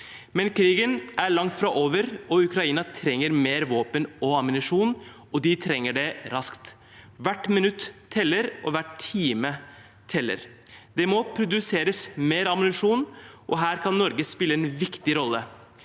Men krigen er langt fra over. Ukraina trenger mer våpen og ammunisjon, og de trenger det raskt. Hvert minutt og hver time teller. Det må produseres mer ammunisjon, og her kan Norge spille en viktig rolle.